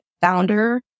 founder